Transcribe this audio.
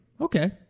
Okay